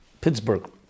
Pittsburgh